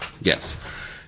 yes